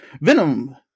venom